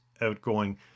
outgoing